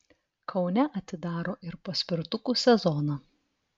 kaune atidaro ir paspirtukų sezoną